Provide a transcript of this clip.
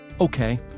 Okay